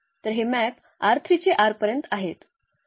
तर हे मॅप ते पर्यंत आहेत